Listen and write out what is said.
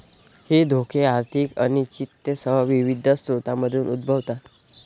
हे धोके आर्थिक अनिश्चिततेसह विविध स्रोतांमधून उद्भवतात